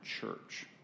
church